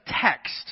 text